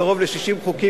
קרוב ל-60 חוקים,